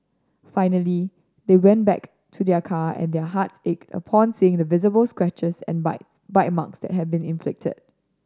finally they went back to their car and their hearts ached upon seeing the visible scratches and bites bite marks that had been inflicted